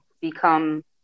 become